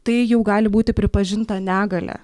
tai jau gali būti pripažinta negalia